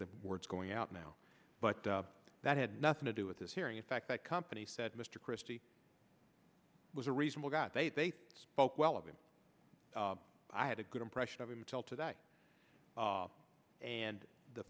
the words going out now but that had nothing to do with this hearing in fact that company said mr christie was a reasonable doubt they spoke well of him i had a good impression of him until today and the